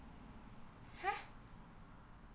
!huh!